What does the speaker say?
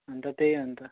अन्त त्यही अन्त